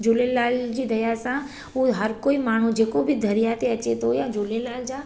झूलेलाल जी दया सां उहो हर कोई माण्हू जेको बि दरिया ते अचे थो या झूलेलाल जा